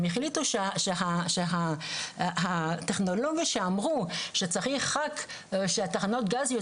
הם החליטו שהטכנולוגיה שאמרו שצריך רק שתחנות גזיות